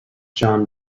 john